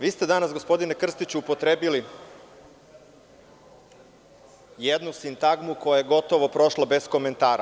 Vi ste danas, gospodine Krstiću, upotrebili jednu sintagmu koja je gotovo prošla bez komentara.